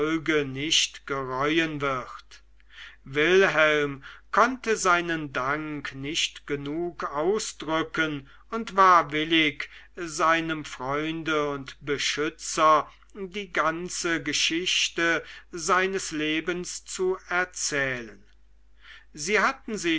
nicht gereuen wird wilhelm konnte seinen dank nicht genug ausdrücken und war willig seinem freunde und beschützer die ganze geschichte seines lebens zu erzählen sie hatten